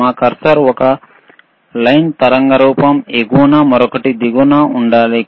మన కర్సర్ ఒక లైన్ తరంగ రూపం ఎగువనమరొకటి దిగువన ఉండాలి